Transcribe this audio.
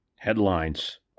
Headlines